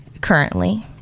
currently